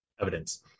evidence